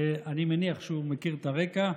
אני מניח שהוא מכיר את הרקע,